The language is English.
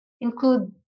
include